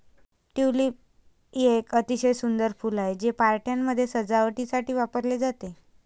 tulip एक अतिशय सुंदर फूल आहे, ते पार्ट्यांमध्ये सजावटीसाठी वापरले जाते